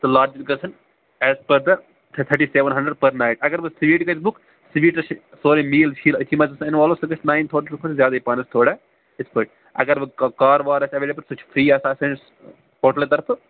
تہٕ لارجس گَژھان ایز پٔر دَ تھٲٹی سیٚوَن ہَنٛڈرَڈ پٔر نایِٹ اَگر وۅنۍ سُویٖٹ گَژھِ بُک سُویٖٹَس چھِ سورُے میٖل فیٖل أتھی منٛز گژھان اِنوالُو سُہ گَژھِ نایِن تھاوزَنٛٹہٕ کھۄتہٕ زیادٕے پَہَن تھوڑا تِتھٕ پٲٹھۍ اگر وۅنۍ کا کار وار آسہِ ایٚویلیبٕل سُہ چھُ فرٛی آسان سٲنِس ہوٹلہٕ طرفہٕ